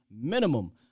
minimum